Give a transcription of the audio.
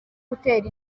gutera